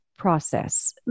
process